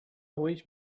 ruhig